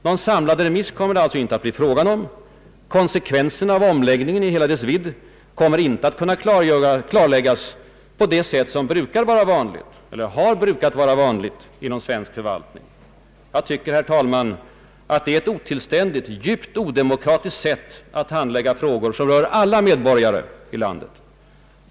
Någon samlad remiss kommer det alltså inte att bli fråga om. Konsekvenserna av omläggningen i hela dess vidd kommer inte att kunna klarläggas på det sätt som brukat vara vanligt inom svensk förvaltning. Jag tycker, herr talman, att det är ett otillständigt, djupt odemokratiskt sätt att handlägga frågor som rör alla medborgare i landet.